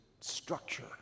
structure